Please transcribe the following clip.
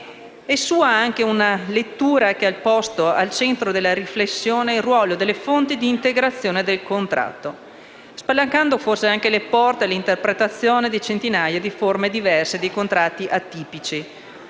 È sua anche una lettura che ha posto al centro della riflessione il ruolo delle fonti di integrazione del contratto, spalancando forse anche le porte all'interpretazione di centinaia di forme diverse di contratti atipici